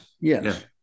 Yes